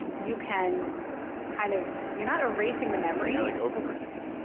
you can kind of you're not erasing the memory. you're like overriding it.